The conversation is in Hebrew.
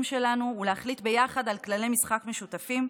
שלנו ולהחליט ביחד על כללי משחק משותפים.